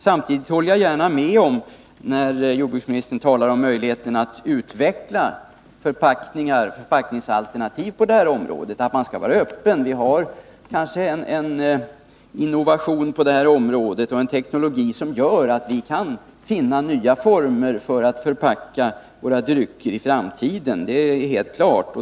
Samtidigt håller jag gärna med jordbruksministern när han talar om möjligheten att utveckla förpackningar och förpackningsalternativ på detta område och säger att man bör vara öppen för detta. Det finns kanske på detta område en innovation och en teknologi som innebär att vi kan finna nya former för att förpacka våra drycker i framtiden — det är helt klart.